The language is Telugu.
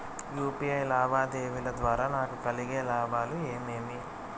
యు.పి.ఐ లావాదేవీల ద్వారా నాకు కలిగే లాభాలు ఏమేమీ?